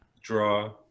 draw